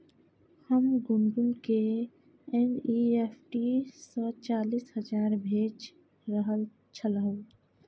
हम गुनगुनकेँ एन.ई.एफ.टी सँ चालीस हजार भेजि रहल छलहुँ